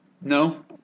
No